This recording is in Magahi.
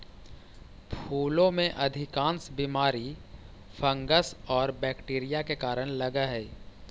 फूलों में अधिकांश बीमारी फंगस और बैक्टीरिया के कारण लगअ हई